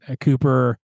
Cooper